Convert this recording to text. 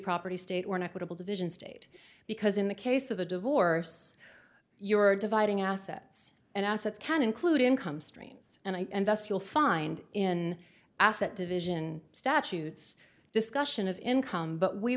property state or an equitable division state because in the case of a divorce you are dividing assets and assets can include income streams and i and thus you'll find in asset division statutes discussion of income but we